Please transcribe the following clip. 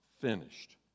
finished